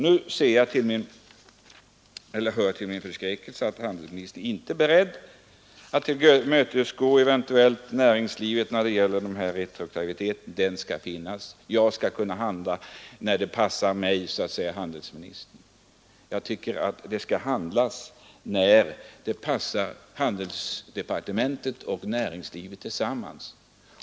Nu hör jag också att handelsministern inte är beredd att tillmötesgå näringslivet när det gäller att avskaffa retroaktiviteten. Den skall finnas kvar. Regeringen måste kunna handla när det passar den, säger handelsministern. Men jag tycker att det skall handlas när detta passar både handelsdepartementet och näringslivet.